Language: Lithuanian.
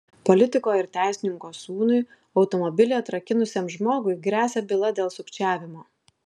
politiko ir teisininko sūnui automobilį atrakinusiam žmogui gresia byla dėl sukčiavimo